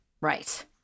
Right